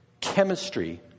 Chemistry